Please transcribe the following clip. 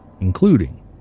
including